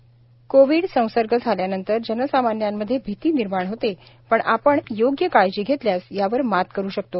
Pramod Gandhi Covid संसर्ग झाल्यानंतर जनसामान्यामध्ये भीती निर्माण होते पण आपण योग्य काळजी घेतल्यास यावर मात करु शकतो